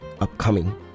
upcoming